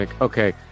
Okay